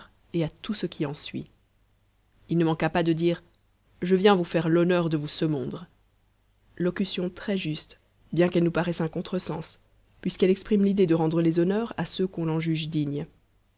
et à tout ce qui en suit il ne manqua pas de dire je viens vous faire l'honneur de vous semondre locution très juste bien qu'elle nous paraisse un contresens puisqu'elle exprime l'idée de rendre les honneurs à ceux qu'on en juge dignes